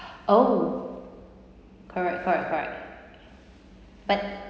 oh correct correct correct but